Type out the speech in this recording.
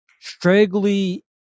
straggly